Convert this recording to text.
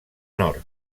nord